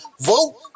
vote